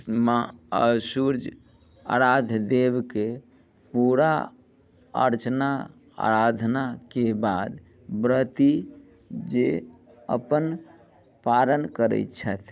माँ सूर्य आराध्य देबके पूरा अर्चना अराधनाके बाद व्रती जे अपन पारन करै छथि